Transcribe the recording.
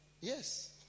yes